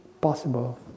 possible